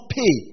pay